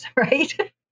right